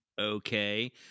okay